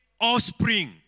offspring